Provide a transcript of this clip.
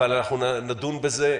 אבל אנחנו נדון בזה,